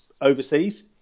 overseas